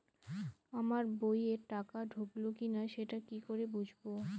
আমার বইয়ে টাকা ঢুকলো কি না সেটা কি করে বুঝবো?